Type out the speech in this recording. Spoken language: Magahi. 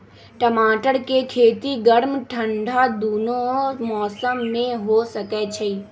टमाटर के खेती गर्म ठंडा दूनो मौसम में हो सकै छइ